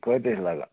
کۭتِس چھِ لَگان